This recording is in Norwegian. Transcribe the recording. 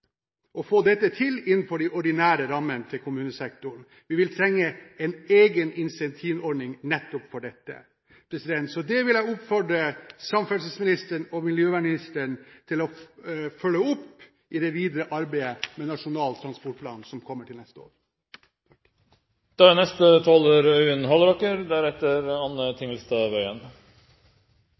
å få dette til innenfor de ordinære rammene i kommunesektoren. Vi vil trenge en egen incentivordning nettopp for dette. Så jeg vil oppfordre samferdselsministeren og miljøvernministeren til å følge det opp i det videre arbeidet med Nasjonal transportplan, som kommer neste år. Selv om det har vært sagt før, tror jeg man tåler at det sies igjen: Denne saken er